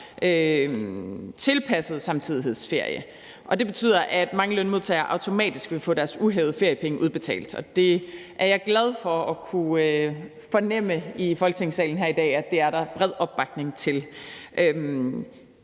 tilpasset samtidighedsferie. Og det betyder, at mange lønmodtagere automatisk vil få deres uhævede feriepenge udbetalt, og det er jeg glad for at kunne fornemme i Folketingssalen her i dag at der er bred opbakning til.